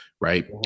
right